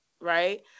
right